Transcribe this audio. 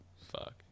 Fuck